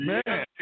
Man